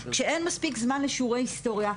כשאין מספיק זמן לשיעורי היסטוריה,